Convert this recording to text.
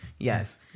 Yes